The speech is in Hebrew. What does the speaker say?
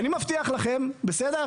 אני מבטיח לכם, אוקיי?